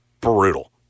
brutal